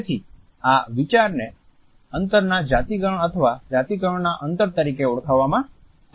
તેથી આ વિચારને અંતરના જાતિકારણ અથવા જાતિકરણના અંતર તરીકે ઓળખવામાં આવે છે